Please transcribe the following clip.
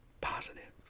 positive